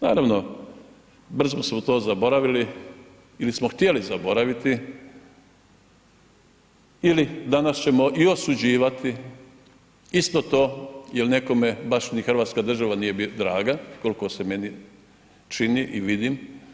Naravno brzo smo to zaboravili ili smo htjeli zaboraviti ili danas ćemo i osuđivati isto to jer nekome baš ni Hrvatska država nije draga koliko se meni čini i vidim.